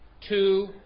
two